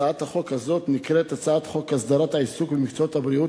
הצעת החוק הזאת נקראת: הצעת חוק הסדרת העיסוק במקצועות הבריאות